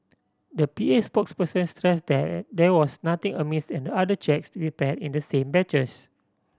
the P A spokesperson stressed that there was nothing amiss in the other cheques prepared in the same batches